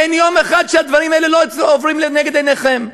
אין יום אחד שהדברים האלה לא עוברים לנגד עיניכם.